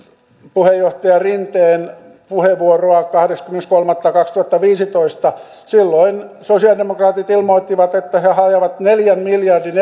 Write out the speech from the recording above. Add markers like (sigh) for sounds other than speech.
puheenjohtaja rinteen puheenvuoroa kahdeskymmenes kolmatta kaksituhattaviisitoista silloin sosialidemokraatit ilmoittivat että he he ajavat neljän miljardin (unintelligible)